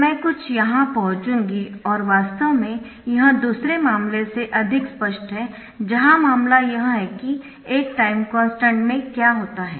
तो मैं कुछ यहाँ पहुँचूँगी और वास्तव में यह दूसरे मामले से अधिक स्पष्ट है जहाँ मामला यह है कि एक टाइम कॉन्स्टन्ट में क्या होता है